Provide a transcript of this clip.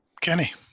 Kenny